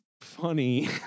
funny